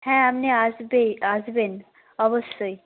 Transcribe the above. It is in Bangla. হ্যাঁ আপনি আসবেই আসবেন অবশ্যই